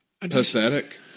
pathetic